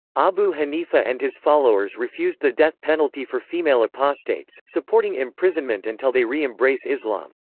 abu hanifa and his followers refused the death penalty for female apostates, supporting imprisonment until they re-embrace islam.